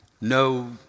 no